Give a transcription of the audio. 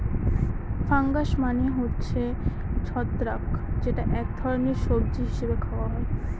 fungus মানে হচ্ছে ছত্রাক যেটা এক ধরনের সবজি হিসেবে খাওয়া হয়